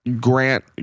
grant